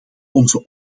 onze